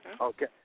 Okay